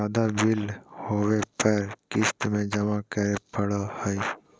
ज्यादा बिल होबो पर क़िस्त में जमा करे पड़ो हइ